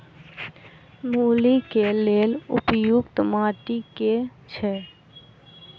मूली केँ लेल उपयुक्त माटि केँ छैय?